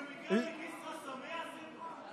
הוא במקרה מכסרא-סמיע, שמחה?